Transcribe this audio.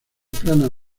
planas